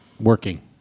Working